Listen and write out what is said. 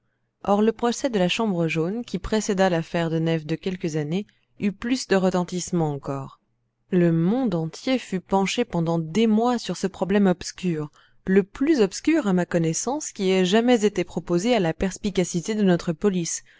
or le procès de la chambre jaune qui précéda l'affaire de nayves de quelques années eut plus de retentissement encore le monde entier fut penché des mois sur ce problème obscur le plus obscur à ma connaissance qui ait jamais été proposé à la perspicacité de notre police